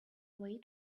away